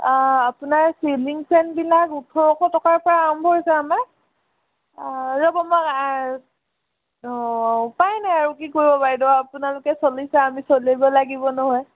আপোনাৰ চিলিং ফেনবিলাক ওঠৰশ টকাৰ পৰা আৰম্ভ হৈছে আমাৰ ৰ'ব মই অঁ উপায় নাই আৰু কি কৰিব বাইদেউ আপোনালোকে চলিছে আমি চলিব লাগিব নহয়